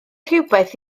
rhywbeth